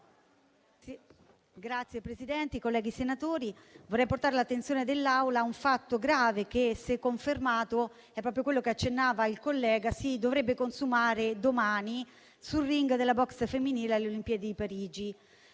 Signor Presidente, colleghi senatori, vorrei portare all'attenzione dell'Assemblea un fatto grave che, se confermato - proprio come accennava il collega - si dovrebbe consumare domani sul ring della boxe femminile alle Olimpiadi di Parigi.